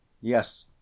Yes